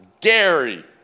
Gary